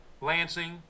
Lansing